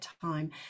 time